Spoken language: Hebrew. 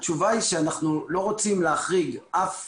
התשובה היא שאנחנו לא רוצים להחריג אף